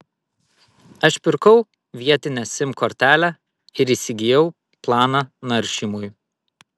aš pirkau vietinę sim kortelę ir įsigijau planą naršymui